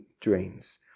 dreams